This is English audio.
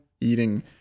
eating